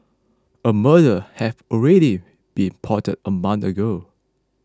a murder had already been plotted a month ago